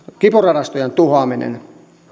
kipuratojen tuhoaminen